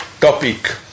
topic